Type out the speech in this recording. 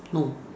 no